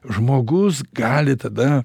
žmogus gali tada